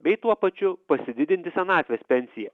bei tuo pačiu pasididinti senatvės pensiją